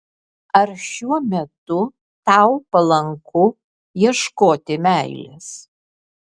ar šiuo metu tau palanku ieškoti meilės